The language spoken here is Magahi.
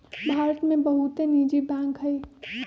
भारत में बहुते निजी बैंक हइ